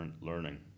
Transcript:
learning